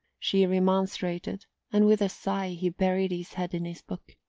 she remonstrated and with a sigh he buried his head in his book.